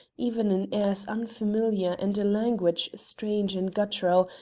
even in airs unfamiliar and a language strange and guttural,